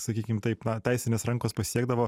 sakykim taip na teisinės rankos pasiekdavo